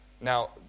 Now